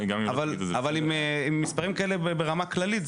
אבל עם מספרים כאלה ברמה כללית,